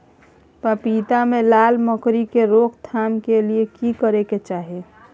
पपीता मे लाल मकरी के रोक थाम के लिये की करै के चाही?